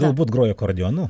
galbūt grojai akordeonu